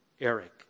Eric